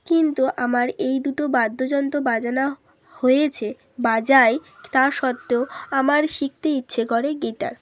কিন্তু আমার এই দুটো বাদ্যযন্ত্র বাজনা হয়েছে বাজাই তা সত্ত্বেও আমার শিখতে ইচ্ছে করে গিটার